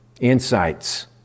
Insights